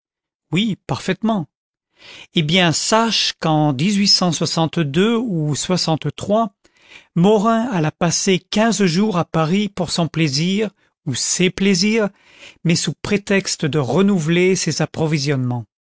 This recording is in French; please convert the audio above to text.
oui parfaitement eh bien sache qu'en ou morin alla passer quinze jours à paris pour son plaisir ou ses plaisirs mais sous prétexte de renouveler ses approvisionnements